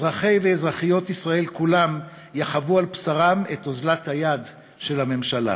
אזרחי ואזרחיות ישראל כולם יחוו על בשרם את אוזלת היד של הממשלה.